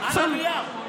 על הנייר.